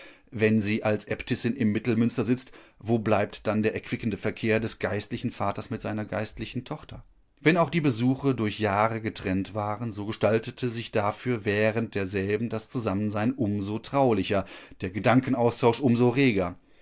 wenn sie als äbtissin im mittelmünster sitzt wo bleibt dann der erquickende verkehr des geistlichen vaters mit seiner geistlichen tochter wenn auch die besuche durch jahre getrennt waren so gestaltete sich dafür während derselben das zusammensein um so traulicher der gedankenaustausch um so reger